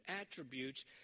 attributes